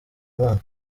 imana